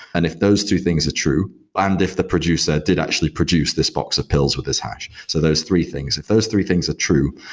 and if those two things are true and if the producer did actually produce this box of pills with this hash. so those three things. if those three things are true,